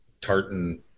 tartan